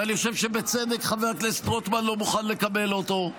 ואני חושב שבצדק חבר הכנסת רוטמן לא מוכן לקבל אותו,